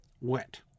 Wet